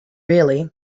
really